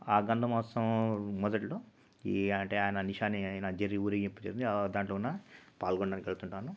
గంధమోసం మొదటిలో ఈ అంటే నిషాని జెర్రీ ఊరేగింపు జరుగుతుంది దాంట్లో ఉన్న పాల్గొనడానికి వెళ్తుంటాను